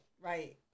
Right